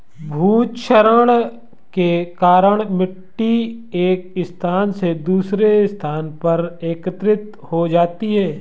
भूक्षरण के कारण मिटटी एक स्थान से दूसरे स्थान पर एकत्रित हो जाती है